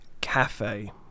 cafe